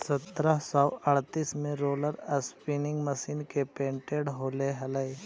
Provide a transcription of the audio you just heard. सत्रह सौ अड़तीस में रोलर स्पीनिंग मशीन के पेटेंट होले हलई